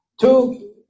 two